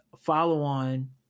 follow-on